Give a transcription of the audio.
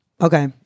Okay